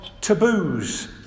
taboos